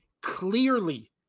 clearly